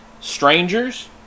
strangers